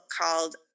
called